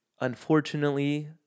unfortunately